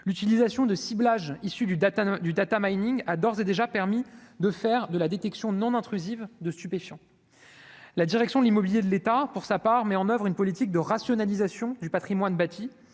l'utilisation de ciblage issus du du Data Mining a d'ores et déjà permis de faire de la détection non intrusive de stupéfiants, la direction de l'immobilier de l'État pour sa part met en oeuvre une politique de rationalisation du Patrimoine bâti,